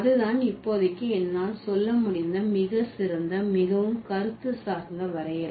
அது தான் இப்போதைக்கு என்னால் சொல்ல முடிந்த மிக சிறந்த மிகவும் கருத்து சார்ந்த வரையறை